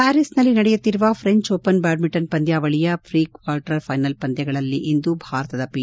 ಪ್ಟಾರಿಸ್ನಲ್ಲಿ ನಡೆಯುತ್ತಿರುವ French Open badminton ಪಂದ್ಯಾವಳಿಯ pre quarter final ಪಂದ್ಯಾವಳಗಳಲ್ಲಿಂದು ಭಾರತದ ಪಿ